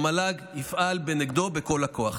המל"ג יפעל נגדו בכל הכוח.